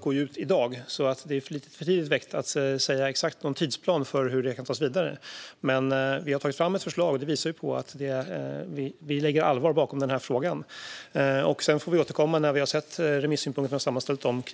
går ut i dag, så det är lite för tidigt att lägga fram någon exakt tidsplan för hur det kan tas vidare. Men vi har tagit fram ett förslag. Det visar att vi tar frågan på allvar. Hur snabbt man kan gå framåt i en tidsplan får vi återkomma till när vi har sett remissynpunkterna och sammanställt dem.